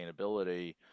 sustainability